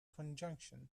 conjunction